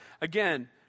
Again